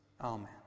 Amen